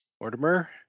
Mortimer